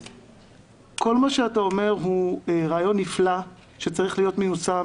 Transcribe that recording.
כל מה שאתה אומר הוא רעיון נפלא שצריך להיות מיושם